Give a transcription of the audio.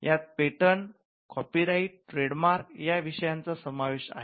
यात पेटंटशोधावरचा हक्क कॉपीराईटसाहित्यावरचा हक्क ट्रेड मार्क व्यापार चिन्ह या विषयांचा समावेश आहे